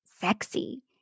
sexy